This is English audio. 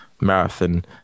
marathon